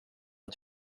att